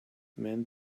men